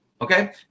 okay